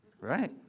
Right